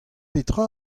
petra